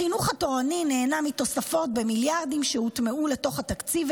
החינוך התורני נהנה מתוספות במיליארדים שהוטמעו לתוך התקציב.